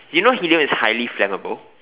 you know helium is highly flammable